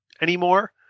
anymore